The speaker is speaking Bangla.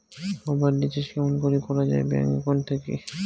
মোবাইল রিচার্জ কেমন করি করা যায় ব্যাংক একাউন্ট থাকি?